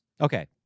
Okay